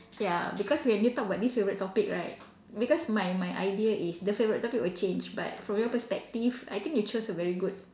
ya because when you talk about this favourite topic right because my my idea is the favourite topic will change but from your perspective I think you chose a very good